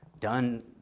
done